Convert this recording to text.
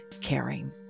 caring